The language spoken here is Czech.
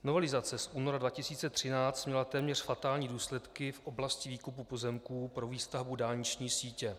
Novelizace z února 2013 měla téměř fatální důsledky v oblasti výkupu pozemků pro výstavbu dálniční sítě.